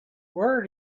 where